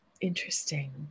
Interesting